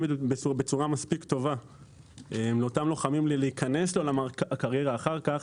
בצורה מספיק טובה לאותם לוחמים להכנס לקריירה אחר כך,